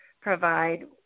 provide